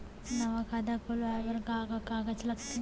नवा खाता खुलवाए बर का का कागज लगथे?